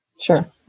Sure